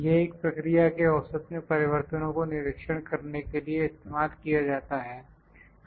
यह एक प्रक्रिया के औसत में परिवर्तनों को निरीक्षण करने के लिए इस्तेमाल किया जाता है